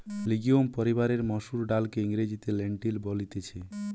legume পরিবারের মসুর ডালকে ইংরেজিতে লেন্টিল বলতিছে